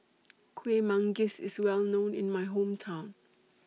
Kueh Manggis IS Well known in My Hometown